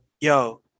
yo